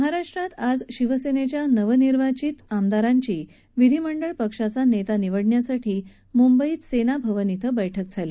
महाराष्ट्रात आज शिवसेनेच्या नवनिर्वाचित आमदारांची विधिमंडळ पक्षाचा नेता निवडण्यासाठी म्ंबईत सेनाभवन इथं बैठक झाली